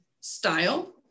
style